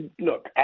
Look